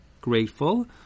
grateful